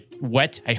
wet